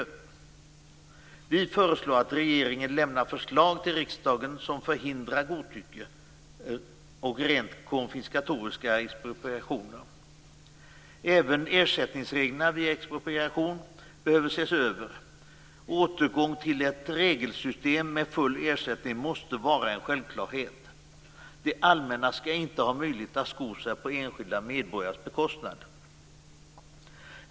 Vi föreslår att regeringen lämnar förslag till riksdagen som förhindrar godtycke och rent konfiskatoriska expropriationer. Även ersättningsreglerna vid expropriation behöver ses över. Återgång till ett regelsystem med full ersättning måste vara en självklarhet. Det allmänna skall inte ha möjlighet att sko sig på enskilda medborgares bekostnad.